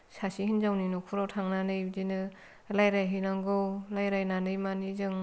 सासे हिनजावनि न'खराव थांनानै बिदिनो रायज्लायहैनांगौ रायज्लायनानै माने जों